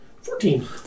Fourteen